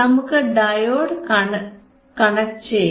നമ്മുടെ diode connected ആണ്